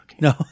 no